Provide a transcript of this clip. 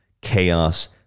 chaos